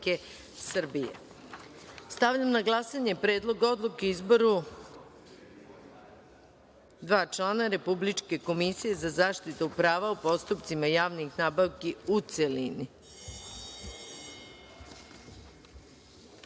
Srbije. Stavljam na glasanje Predlog odluke o izboru dva člana Republičke komisije za zaštitu prava u postupcima javnih nabavki, u